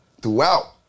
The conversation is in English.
throughout